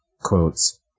quotes